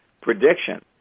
prediction